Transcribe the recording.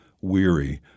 weary